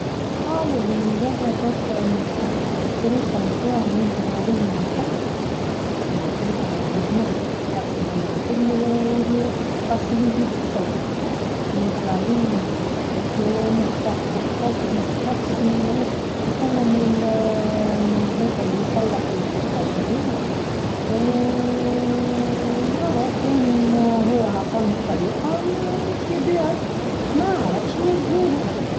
حاول نجرب هكا القروصة متاعه وننزل عليها من الكل هيك من القروصة اللي على جنب القرص اللي يحلو القرص اللي يزيد الصوت ننزل عليهم كنخطف خطف مخطفش نكلم الهيك اللي يصلح البوتابلويت ونرى كان هو عطاني الطريقة نمشي بها ما أعرفش مازولوا.